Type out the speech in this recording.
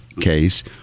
case